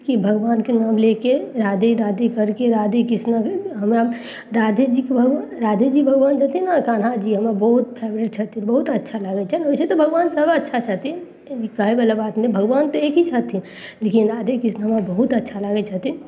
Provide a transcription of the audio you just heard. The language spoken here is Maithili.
भगवानके नाम लअ कऽ राधे राधे करिकए राधे कृष्णा हमरा राधे जीके राधे जी भगवान छथिन ने कान्हा जी हमर बहुत फेवरेट छथिन बहुत अच्छा लागय छनि ओइसँ तऽ भगवान सब अच्छा छथिन ई कहयवला बात नहि भगवान तऽ एके छथिन लेकिन राधे कृष्ण हमरा बहुत अच्छा लागय छथिन